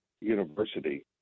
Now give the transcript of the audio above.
university